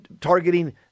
targeting